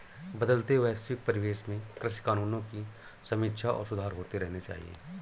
बदलते वैश्विक परिवेश में कृषि कानूनों की समीक्षा और सुधार होते रहने चाहिए